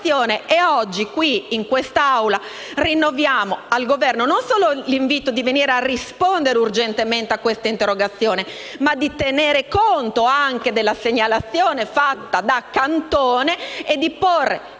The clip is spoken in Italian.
e oggi, in Assemblea, rinnoviamo al Governo non solo l'invito di venire a rispondere urgentemente a tale interrogazione, ma di tener conto anche della segnalazione fatta dal dottor Cantone e di porre